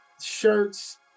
shirts